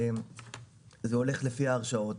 זה הולך לפי ההרשאות.